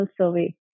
survey